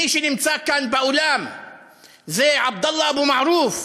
מי שנמצא כאן באולם זה עבדאללה אבו מערוף,